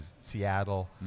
Seattle